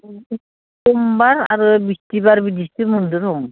समबार आरो बिस्थिबार बिदिसो मोनदों र'